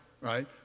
right